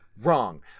Wrong